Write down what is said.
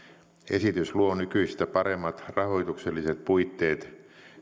esitys luo nykyistä paremmat rahoitukselliset puitteet